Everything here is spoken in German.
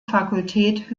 fakultät